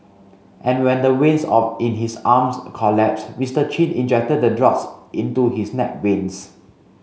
and when the veins of in his arms collapsed Mister Chin injected the drugs into his neck veins